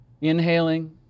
inhaling